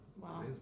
Wow